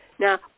Now